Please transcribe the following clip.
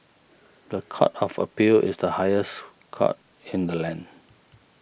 the Court of Appeal is the highest court in the land